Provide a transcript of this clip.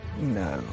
No